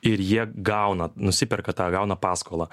ir jie gauna nusiperka tą gauna paskolą